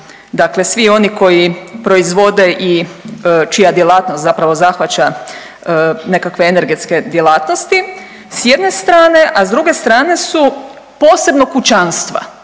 dakle svi oni koji proizvode i čija djelatnost zapravo zahvaća nekakve energetske djelatnosti s jedne strane, a s druge strane su posebno kućanstva,